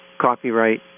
Copyright